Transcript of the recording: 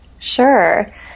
Sure